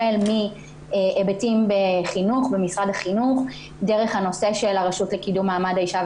החל מהיבטים בחינוך במשרד החינוך דרך הנושא של הרשות לקידום מעמד האישה,